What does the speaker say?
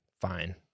fine